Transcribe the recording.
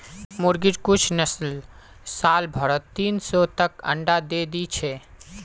मुर्गिर कुछ नस्ल साल भरत तीन सौ तक अंडा दे दी छे